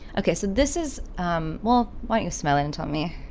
ok, so this is um well, what you smell and tell me.